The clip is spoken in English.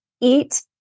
eat